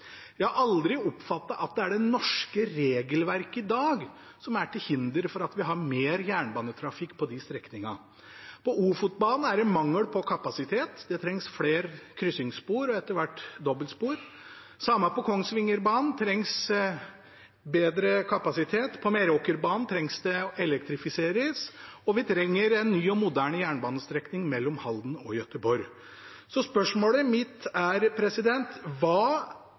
Jeg har aldri oppfattet at det er det norske regelverket i dag som er til hinder for at vi har mer jernbanetrafikk på de strekningene. På Ofotbanen er det mangel på kapasitet, det trengs flere kryssingsspor og etter hvert dobbeltspor. Det samme gjelder på Kongsvingerbanen, hvor det trengs bedre kapasitet. På Meråkerbanen trengs det å elektrifiseres, og vi trenger en ny og moderne jernbanestrekning mellom Halden og Göteborg. Så spørsmålet mitt er: Hva